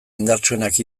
indartsuenak